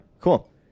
cool